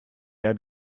had